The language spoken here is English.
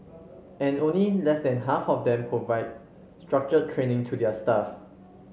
and only less than half of them provide structured training to their staff